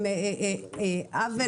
יש עתיד,